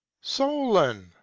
solon